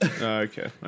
Okay